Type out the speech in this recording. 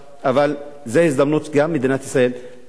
אבל זו הזדמנות שגם מדינת ישראל תקדם